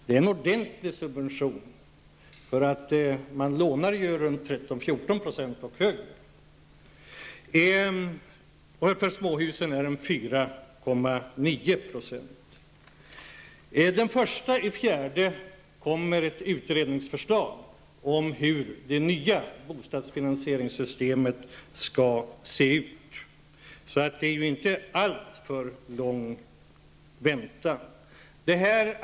Det är en ordentlig subvention, eftersom man nu lånar till en ränta av Den 1 april kommer ett utredningsförslag att presenteras om hur det nya bostadsfinansieringssystemet skall se ut. Det är inte alltför lång väntan.